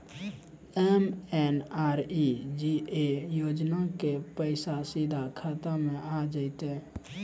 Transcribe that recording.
MNREGA योजना के पैसा सीधा खाता मे आ जाते?